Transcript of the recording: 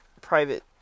private